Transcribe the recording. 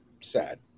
Sad